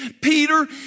Peter